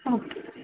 okay